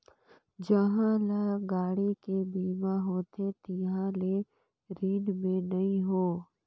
उहां ल गाड़ी के बीमा होथे तिहां ले रिन हें नई हों